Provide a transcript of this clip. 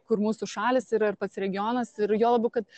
kur mūsų šalys yra ir ar pats regionas ir juo labiau kad